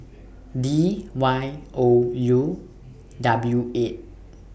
D Y O U W eight